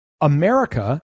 America